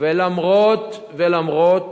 גם את זה הפקידים, ולמרות